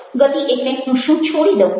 ગતિ એટલે હું શું છોડી દઉં છું